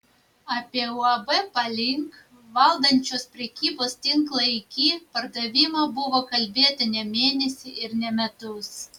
apie uab palink valdančios prekybos tinklą iki pardavimą buvo kalbėta ne mėnesį ir ne metus